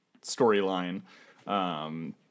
storyline